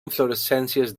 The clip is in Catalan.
inflorescències